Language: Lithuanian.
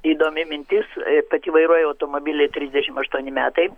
įdomi mintis pati vairuoju automobilį trisdešimt aštuoni metai